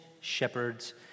shepherds